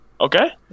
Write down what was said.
Okay